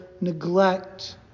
neglect